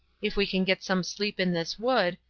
if we can get some sleep in this wood,